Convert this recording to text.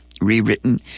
rewritten